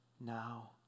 Now